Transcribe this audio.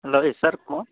hello yes sir کون